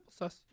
applesauce